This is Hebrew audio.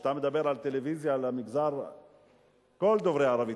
כשאתה מדבר על טלוויזיה למגזר כל דוברי הערבית,